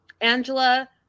angela